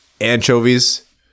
Anchovies